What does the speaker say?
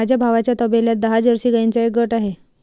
माझ्या भावाच्या तबेल्यात दहा जर्सी गाईंचा एक गट आहे